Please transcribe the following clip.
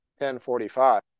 10.45